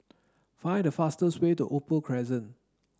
Find the fastest way to Opal Crescent